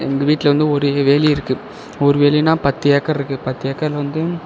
எங்கள் வீட்டில் வந்து ஒரு வேலி இருக்கு ஒரு வேலின்னா பத்து ஏக்கர் இருக்கு பத்து ஏக்கர் வந்து